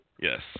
Yes